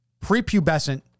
prepubescent